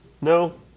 No